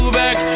back